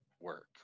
work